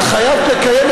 שהחוק הזה כמעט כמעט עובר.